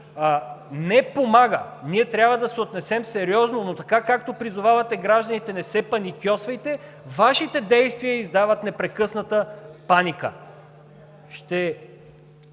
не помага! Ние трябва да се отнесем сериозно, но така, както призовавате гражданите: „не се паникьосвайте“ – Вашите действия издават непрекъсната паника. Този